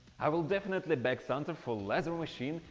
i will definitely beg santa for laser machine,